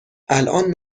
الان